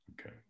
Okay